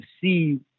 see